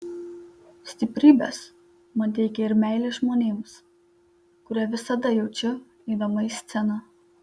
stiprybės man teikia ir meilė žmonėms kurią visada jaučiu eidama į sceną